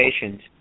patients